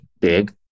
big